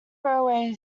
railway